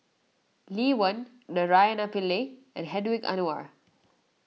Lee Wen Naraina Pillai and Hedwig Anuar